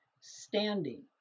standing